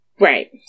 Right